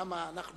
למה אנחנו